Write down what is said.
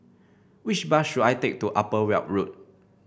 which bus should I take to Upper Weld Road